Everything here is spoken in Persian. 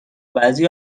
بعضی